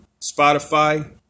Spotify